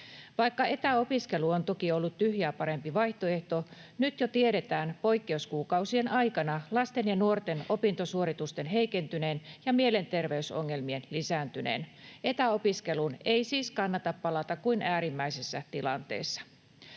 Vaikka etäopiskelu on toki ollut tyhjää parempi vaihtoehto, nyt jo tiedetään poikkeuskuukausien aikana lasten ja nuorten opintosuoritusten heikentyneen ja mielenterveysongelmien lisääntyneen. Etäopiskeluun ei siis kannata palata kuin äärimmäisessä tilanteessa.